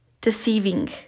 deceiving